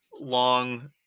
long